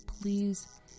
please